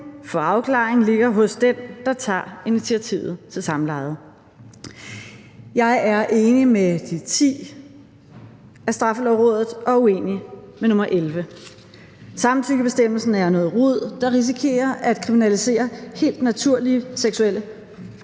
for afklaringen ligger hos den, der tager initiativet til samlejet. Jeg er enig med de 10 medlemmer af Straffelovrådet og uenig med nummer 11. Samtykkebestemmelsen er noget rod, der risikerer, at kriminalisere helt naturlige seksuelle